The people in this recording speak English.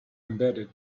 embedded